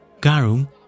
garum